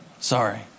Sorry